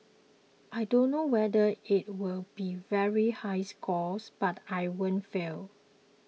I don't know whether it'll be very high scores but I won't fail